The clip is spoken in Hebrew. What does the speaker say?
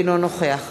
אינו נוכח